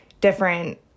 different